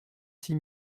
six